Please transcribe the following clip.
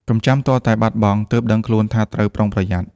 កុំចាំទាល់តែបាត់បង់ ទើបដឹងខ្លួនថាត្រូវប្រុងប្រយ័ត្ន។